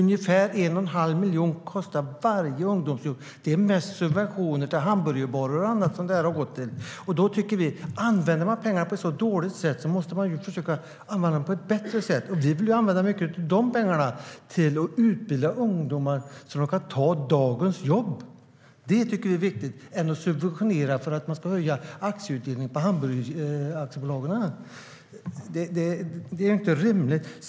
Ungefär 1 1⁄2 miljon kostar varje ungdomsjobb. Det är mest subventioner till hamburgerbarer och annat som detta har gått till. Vi tycker att man måste använda pengarna på ett bättre sätt. Vi vill använda mycket av de pengarna till att utbilda ungdomar så att de kan ta dagens jobb. Det tycker vi är viktigare än att man ska ge subventioner för att öka aktieutdelningen för hamburgeraktiebolagen, vilket inte är rimligt.